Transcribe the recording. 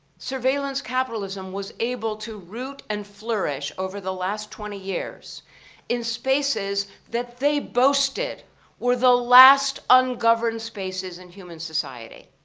surveillance capitalism was able to root and flourish over the last twenty years in spaces that they boasted were the last ungoverned spaces in human society.